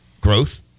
Growth